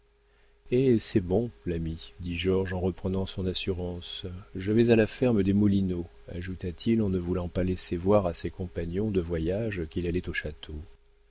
eh c'est bon l'ami dit georges en reprenant son assurance je vais à la ferme des moulineaux ajouta-t-il en ne voulant pas laisser voir à ses compagnons de voyage qu'il allait au château